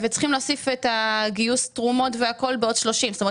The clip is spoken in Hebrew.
וצריך להוסיף את גיוס התרומות בעוד 30. זאת אומרת,